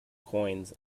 coins